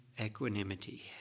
equanimity